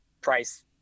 price